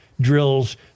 drills